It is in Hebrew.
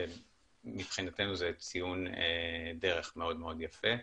שמבחינתנו זה ציון דרך מאוד מאוד יפה.